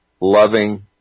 loving